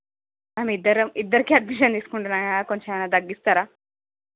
ma'am ఇద్దరం ఇద్దరికీ admission తీసుకుంటున్నా కదా కొంచెం ఏమైనా తగ్గిస్తారా